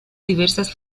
diversas